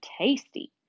tasty